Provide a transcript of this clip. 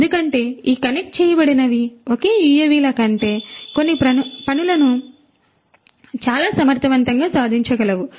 ఎందుకంటే ఈ కనెక్ట్ చేయబడినవి ఒకే యుఎవిల కంటే కొన్ని పనులను చాలా సమర్థవంతంగా సాధించగలవు